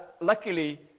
luckily